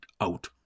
out